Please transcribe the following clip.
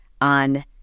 on